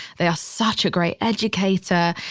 they are such a great educator.